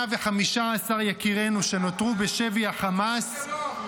115 יקירינו שנותרו בשבי החמאס,